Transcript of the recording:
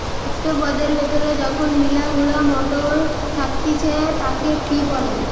একটো পদের ভেতরে যখন মিলা গুলা মটর থাকতিছে তাকে পি বলে